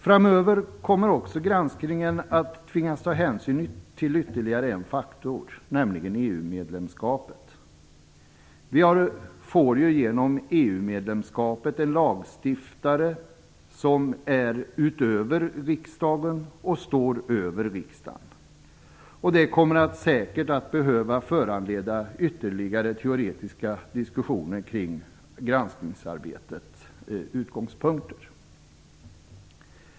Framöver kommer också granskningen att tvingas att ta hänsyn till ytterligare en faktor, nämligen EU medlemskapet. Vi får genom EU-medlemskapet lagstiftare som är utöver riksdagen och står över riksdagen. Det kommer säkert att föranleda ytterligare teoretiska diskussion kring granskningsarbetets utgångspunkter.